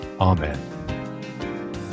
Amen